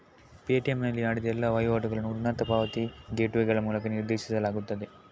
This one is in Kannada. ಪೇಟಿಎಮ್ ನಲ್ಲಿ ಮಾಡಿದ ಎಲ್ಲಾ ವಹಿವಾಟುಗಳನ್ನು ಉನ್ನತ ಪಾವತಿ ಗೇಟ್ವೇಗಳ ಮೂಲಕ ನಿರ್ದೇಶಿಸಲಾಗುತ್ತದೆ